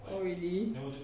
oh really